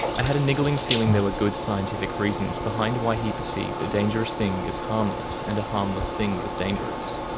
i had a niggling feeling there were good, scientific reasons behind why he perceived a dangerous thing as harmless, and a harmless thing as dangerous.